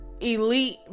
elite